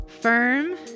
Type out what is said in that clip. firm